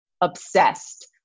obsessed